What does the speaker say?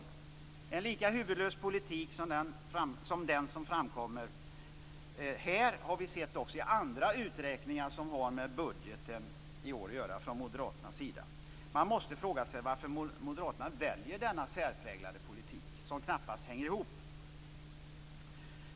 Det är en lika huvudlös politik som den som framkommit också i andra uträkningar som moderaterna gjort i årets budgetarbete. Man måste fråga sig varför moderaterna väljer denna särpräglade politik, som knappast hänger ihop.